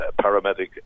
paramedic